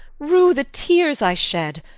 rue the tears i shed,